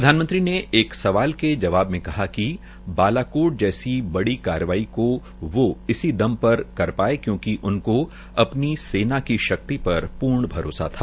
प्रधानमंत्री ने एक सवाल के जवाब में कहा कि बालाकोट जैसी बड़ी कार्यवाही वो इसी दम पर कर पाये क्योकि उनको सेना की शिक्त पर पूर्ण भरोसा था